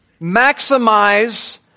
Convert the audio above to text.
maximize